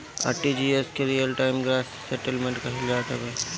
RTGS के real time gross settlement कहल जात हवे